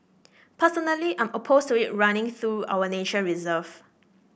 personally I'm opposed to it running through our nature reserve